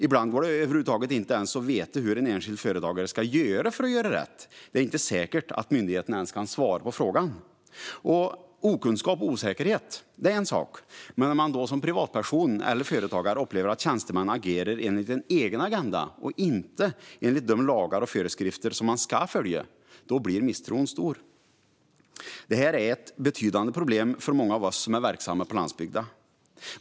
Ibland går det över huvud taget inte att veta hur en enskild företagare ska göra för att göra rätt. Det är inte säkert att myndigheterna ens kan svara på frågan. Okunskap och osäkerhet är en sak, men när man som privatperson eller företagare upplever att tjänstemän agerar enligt en egen agenda och inte enligt de lagar och föreskrifter de ska följa blir misstron stor. Detta är ett betydande problem för många av oss som är verksamma på landsbygden.